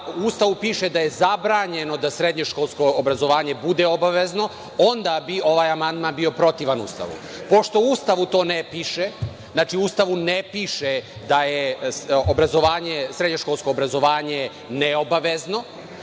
Ustavu piše da je zabranjeno da srednjoškolsko obrazovanje bude obavezno, onda bi ovaj amandman bio protivan Ustavu. Pošto u Ustavu to ne piše, znači, u Ustavu ne piše da je srednjoškolsko obrazovanje neobavezno,